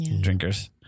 drinkers